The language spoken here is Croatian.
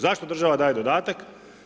Zašto država daje dodatak?